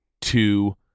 two